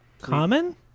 Common